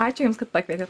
ačiū jums kad pakvietėt